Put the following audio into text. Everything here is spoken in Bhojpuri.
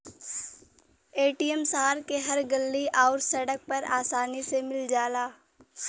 ए.टी.एम शहर के हर गल्ली आउर सड़क पर आसानी से मिल जाला